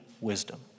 wisdom